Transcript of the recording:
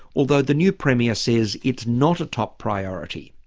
although the new premier says it's not a top priority,